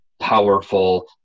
powerful